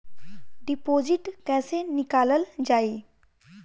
Deposit कैसे निकालल जाइ?